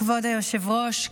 כבוד היושב-ראש,